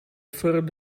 third